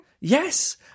Yes